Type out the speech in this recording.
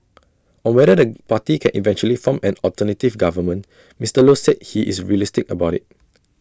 on whether the party can eventually form an alternative government Mister low said he is realistic about IT